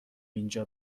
اینجا